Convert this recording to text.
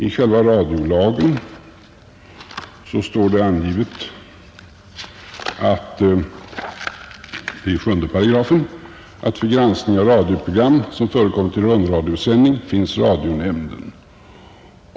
I själva radiolagen står det angivet i 7 § att för granskning av radioprogram som förekommit i rundradioutsändning finns radionämnden.